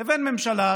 לבין ממשלה,